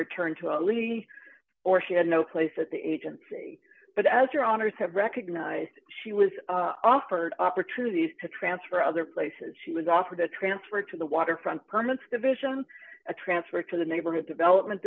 return to italy or she had no place at the agency but as your honors have recognized she was offered opportunities to transfer other places she was offered a transfer to the waterfront permits division a transfer to the neighborhood development